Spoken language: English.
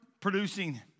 producing